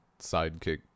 sidekick